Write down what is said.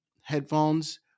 headphones